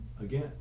again